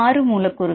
ஆறு மூலக்கூறுகள